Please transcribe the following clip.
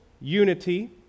unity